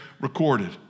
recorded